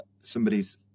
somebody's